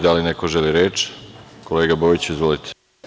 Da li neko želi reč? (Da) Kolega Bojiću, izvolite.